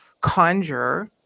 conjure